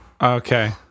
Okay